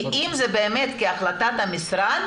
כי אם זה באמת כהחלטת המשרד,